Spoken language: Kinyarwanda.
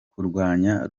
kurwanya